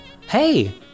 Hey